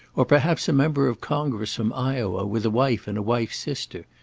or perhaps a member of congress from iowa, with a wife and wife's sister.